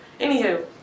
Anywho